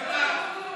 קמ"ט.